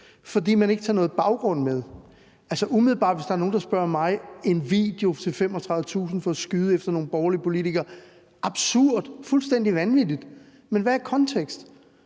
fordi man ikke tager nogen baggrund med. Altså, umiddelbart, hvis der er nogen, der spørger mig om en video til 35.000 kr. for at skyde efter nogle borgerlige politikere, vil jeg sige, at det er absurd, fuldstændig vanvittigt. Men hvad er konteksten?